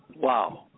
Wow